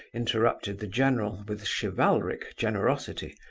interrupted the general, with chivalric generosity.